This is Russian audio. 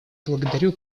благодарю